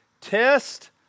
Test